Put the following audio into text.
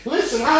Listen